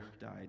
died